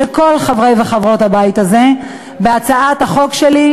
של כל חברי וחברות הבית הזה בהצעת החוק שלי,